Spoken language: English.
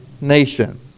nation